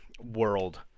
world